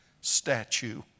statue